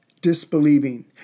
disbelieving